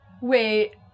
Wait